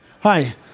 hi